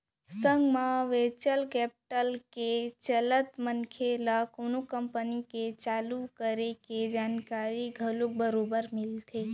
संग म venture capital के चलत मनसे ल कोनो कंपनी के चालू करे के जानकारी घलोक बरोबर मिलथे